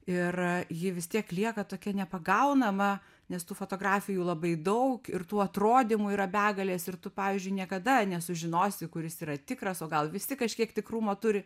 ir ji vis tiek lieka tokia nepagaunama nes tų fotografijų labai daug ir tų atrodymų yra begalės ir tu pavyzdžiui niekada nesužinosi kuris yra tikras o gal visi kažkiek tikrumo turi